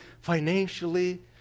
financially